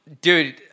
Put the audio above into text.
Dude